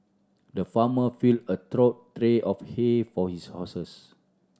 the farmer filled a trough three of hay for his horses